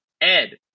Ed